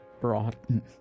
Broughton